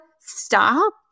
stop